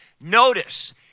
Notice